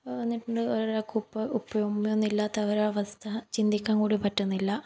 വന്നിട്ടുണ്ട് ഓരോരാക്ക് ഉപ്പയും ഉമ്മയൊന്നും ഇല്ലാത്ത ഒരവസ്ഥ ചിന്തിക്കാൻ കൂടി പറ്റുന്നില്ല